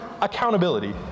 accountability